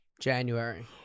January